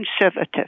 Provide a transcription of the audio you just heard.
conservative